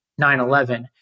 9-11